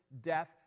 death